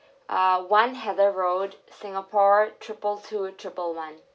uh one hendon road singapore triple two triple one